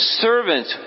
servant